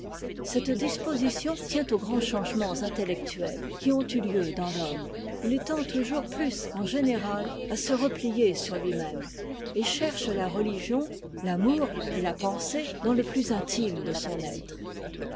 cette disposition tient aux grands changements intellectuels qui ont eu jieu dans l'homme il tend toujours plus en généra à se replier sur tui même et cherche la religion l'amour et la pensée dans le plus intime de son être